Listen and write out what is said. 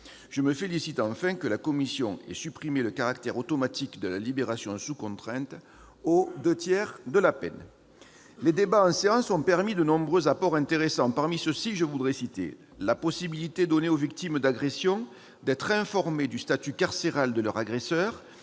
Je me félicite enfin que la commission ait supprimé le caractère automatique de la libération sous contrainte aux deux tiers de la peine. Les débats en séance ont permis de nombreux apports intéressants. Parmi ceux-ci, je tiens à citer la possibilité donnée aux victimes d'agression d'être informées du statut carcéral de leur agresseur